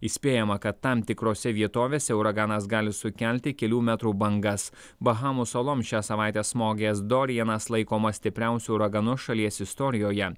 įspėjama kad tam tikrose vietovėse uraganas gali sukelti kelių metrų bangas bahamų saloms šią savaitę smogęs dorianas laikomas stipriausiu uraganu šalies istorijoje